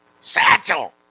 Satchel